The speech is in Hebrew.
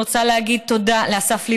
אני רוצה להגיד תודה לאסף ליברמן,